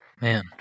man